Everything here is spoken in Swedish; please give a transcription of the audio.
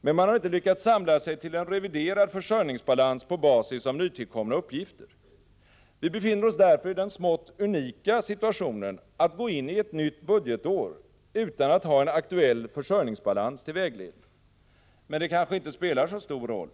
Men man har inte lyckats samla sig till en reviderad försörjningsbalans på basis av nytillkomna uppgifter. Vi befinner oss därför i den smått unika situationen att vi går in i ett nytt budgetår utan att ha en aktuell försörjningsbalans till vägledning. Men det kanske inte spelar så stor roll.